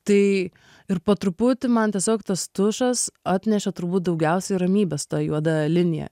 tai ir po truputį man tiesiog tas tušas atnešė turbūt daugiausiai ramybės ta juoda linija